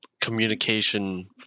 communication